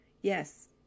yes